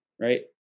right